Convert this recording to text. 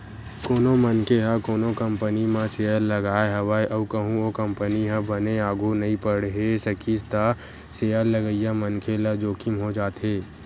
कोनो मनखे ह कोनो कंपनी म सेयर लगाय हवय अउ कहूँ ओ कंपनी ह बने आघु नइ बड़हे सकिस त सेयर लगइया मनखे ल जोखिम हो जाथे